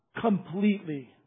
completely